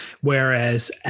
whereas